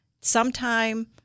Sometime